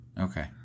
Okay